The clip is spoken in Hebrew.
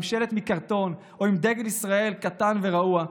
עם שלט מקרטון או עם דגל ישראל קטן ורעוע,